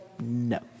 No